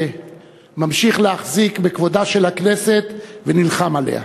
שממשיך להחזיק בכבודה של הכנסת ונלחם עליו.